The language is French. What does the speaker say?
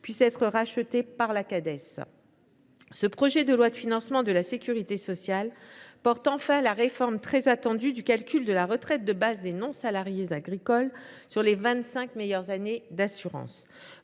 puisse être rachetée par la Cades. Enfin, ce projet de loi de financement de la sécurité sociale comprend la réforme très attendue du calcul de la retraite de base des non salariés agricoles sur les vingt cinq meilleures années d’assurance.